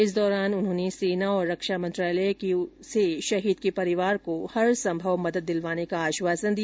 इस दौरान उन्होंने सेना और रक्षा मंत्रालय से शहीद के परिवार को हर संभव मदद दिलवाने का आश्वासन दिया